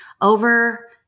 over